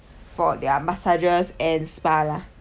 for their massages and spa lah